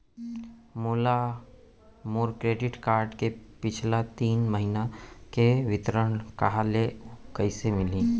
मोला मोर credit card के पिछला तीन महीना के विवरण कहाँ ले अऊ कइसे मिलही?